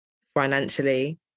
financially